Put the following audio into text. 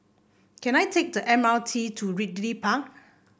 can I take the M R T to Ridley Park